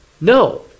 No